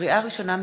לקריאה ראשונה,